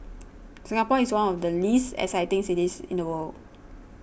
Singapore is one of the least exciting cities in the world